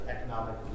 Economic